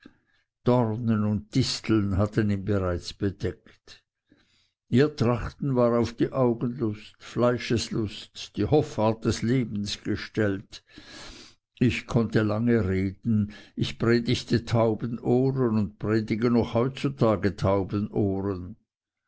dornen und disteln hatten bereits ihn bedeckt ihr trachten war auf die augenlust fleischeslust die hoffart des lebens gestellt ich konnte lange reden ich predigte tauben ohren und predige noch heutzutage tauben ohren